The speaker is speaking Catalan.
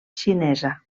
xinesa